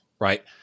right